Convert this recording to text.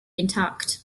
intact